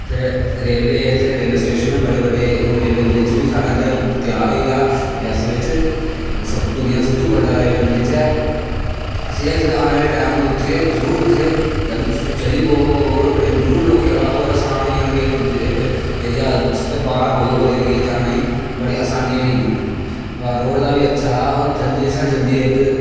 ते रेलवे इत्थें railway station न बड़े बड़े हून रेलवे ब्रिज बी इत्थें तेआर होई दा रियासी बिच्च दुनियां दा सब तो बड्डा रेलवे ब्रिज ऐ आने आह्ले टैम जरूर उत्थें चली पौग ट्रे औने आह्ले टैम जरूर आसान होई जाह्ग कि इक बाह्र कोई एरियै जाने गी बड़ी आसानी होई जानी रोड़ दा बी अच्छा ऐ और जल्दी शा जलदी इक